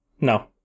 No